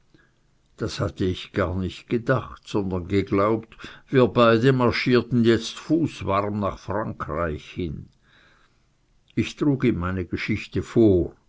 das hatte ich gar nicht gedacht sondern geglaubt wir beide marschierten jetzt fußwarm nach frankreich hin ich trug ihm meine geschichte vor